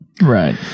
right